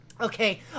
Okay